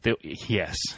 Yes